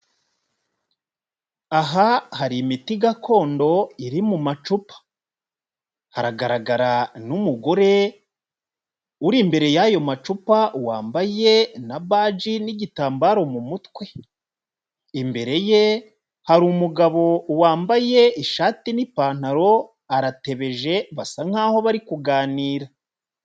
Aha hari imiti gakondo iri mu macupa, haragaragara n'umugore uri imbere y'ayo macupa wambaye na baji n'igitambaro mu mutwe, imbere ye hari umugabo wambaye ishati n'ipantaro aratebeje basa nk'aho bari kuganira.